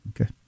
Okay